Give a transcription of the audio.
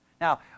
Now